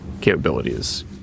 capabilities